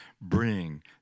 bring